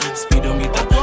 speedometer